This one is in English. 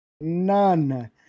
none